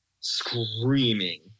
screaming